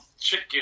chicken